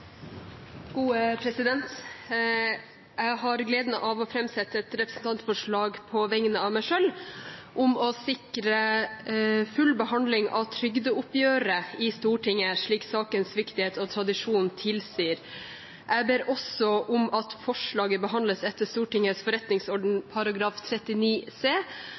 Jeg har gleden av å framsette et representantforslag på vegne av meg selv om å sikre full behandling av trygdeoppgjøret i Stortinget slik sakens viktighet og tradisjonen tilsier. Jeg ber også om at forslaget behandles etter Stortingets forretningsorden § 39 c,